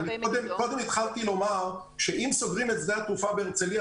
קודם התחלתי לומר שאם סוגרים את שדה התעופה בהרצליה,